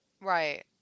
Right